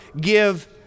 give